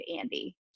Andy